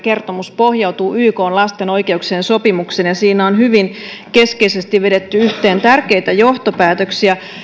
kertomus pohjautuu ykn lasten oikeuksien sopimukseen ja siinä on hyvin keskeisesti vedetty yhteen tärkeitä johtopäätöksiä